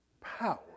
power